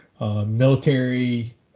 military